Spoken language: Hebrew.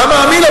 אתה מאמין,